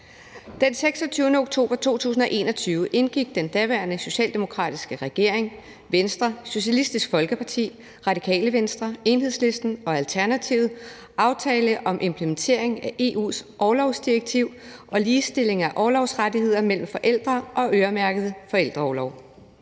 Den 26. oktober 2021 indgik den daværende socialdemokratiske regering, Venstre, Socialistisk Folkeparti, Radikale Venstre, Enhedslisten og Alternativet aftale om implementering af EU's orlovsdirektiv og ligestilling af orlovsrettigheder mellem forældre og øremærket forældreorlov.